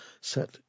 set